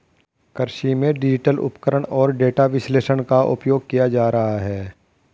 कृषि में डिजिटल उपकरण और डेटा विश्लेषण का उपयोग किया जा रहा है